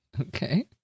Okay